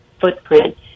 footprint